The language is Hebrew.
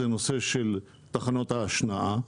נושא תחנות ההשנעה,